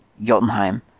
Jotunheim